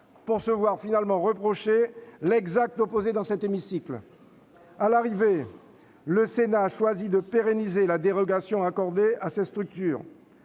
pour se voir finalement reprocher l'exact opposé dans cet hémicycle. Ce n'est pas vrai ! À l'arrivée, le Sénat a choisi de pérenniser la dérogation accordée à ces structures.